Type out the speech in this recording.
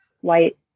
white